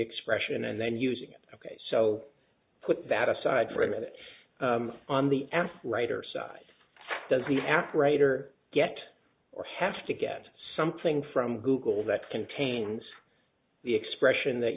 expression and then using it ok so put that aside for a minute on the apps writer side does the app writer get or have to get something from google that contains the expression that